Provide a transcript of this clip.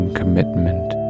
commitment